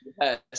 Yes